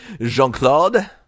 Jean-Claude